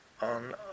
on